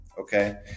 Okay